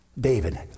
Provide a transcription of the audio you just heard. David